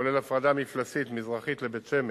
כולל הפרדה מפלסית מזרחית לבית-שמש: